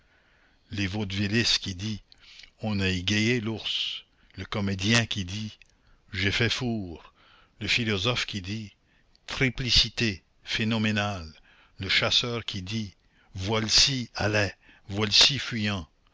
le vaudevilliste qui dit on a égayé l'ours le comédien qui dit j'ai fait four le philosophe qui dit triplicité phénoménale le chasseur qui dit voileci allais voileci fuyant